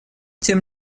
тем